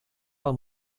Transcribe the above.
pel